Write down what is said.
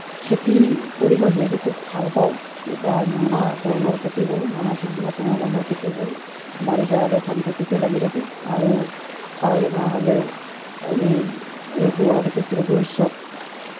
খেতি কৰি মই যিহেতু খুব ভাল পাওঁ নানা ধৰণৰ খেতি কৰোঁ নানা চিজনত নানা ধৰণৰ খেতি কৰোঁ বাৰিষা হ'লে ধান খেতিতে লাগি থাকোঁ আৰু খৰালি মাহ হ'লেই এই ৰবি শস্য